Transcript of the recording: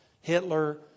Hitler